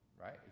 right